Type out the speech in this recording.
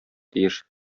тиеш